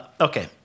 okay